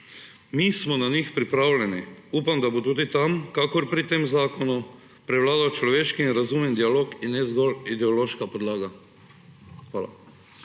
Mi smo na njih pripravljeni. Upam, da bo tudi tam kakor pri tem zakonu prevladal človeški razum in dialog in ne zgolj ideološka podlaga. Hvala.